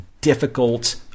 difficult